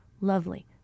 lovely